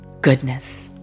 goodness